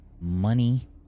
money